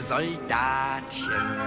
Soldatchen